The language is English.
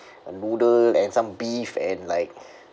a noodle and some beef and like